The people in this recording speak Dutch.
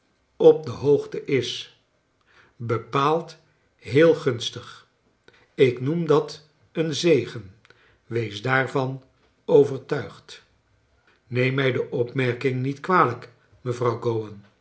op de hoogte is bepaald heel gunstig ik noem dat een zegen wees daarvan over tuigd neem mij de opmerking niet kwalrjk mevrouw